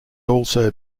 also